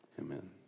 Amen